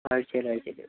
ആഴ്ചേലാഴ്ച്ചേൽ